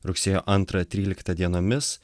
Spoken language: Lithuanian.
rugsėjo antrą tryliktą dienomis